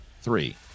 three